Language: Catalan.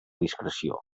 discreció